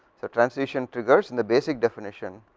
so, transition triggers in the basic definition,